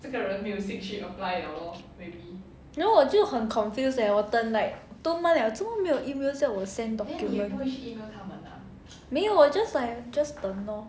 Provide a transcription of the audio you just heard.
then 我就很 confuse leh 我等 like two months 了做么没有 email 叫我 send document 没有我 just like just 等 lor